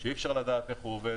שאי-אפשר לדעת איך הוא עובד,